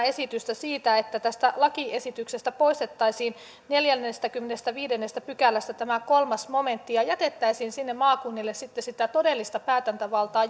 esitystä siitä että tästä lakiesityksestä poistettaisiin neljännestäkymmenennestäviidennestä pykälästä tämä kolmas momentti ja jätettäisiin maakunnille sitä todellista päätäntävaltaa